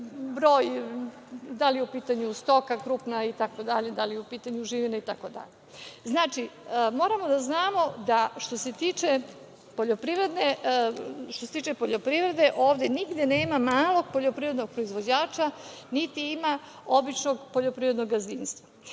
broj, da li je u pitanju stoka krupna, itd, da li je u pitanju živina, itd. Znači, moramo da znamo da što se tiče poljoprivrede ovde nigde nema malog poljoprivrednog proizvođača, niti ima običnog poljoprivrednog gazdinstva.E,